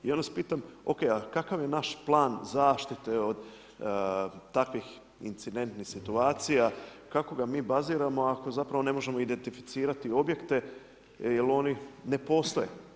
I onda vas pitam, o.k. a kakav je naš plan zaštite od takvih incidentnih situacija, kako ga mi baziramo ako zapravo ne možemo identificirati objekte jer oni ne postoje.